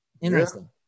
interesting